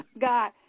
God